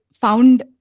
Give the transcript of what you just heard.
found